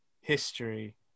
history